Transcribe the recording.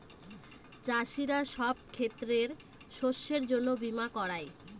চাষীরা সব ক্ষেতের শস্যের জন্য বীমা করায়